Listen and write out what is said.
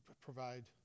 provide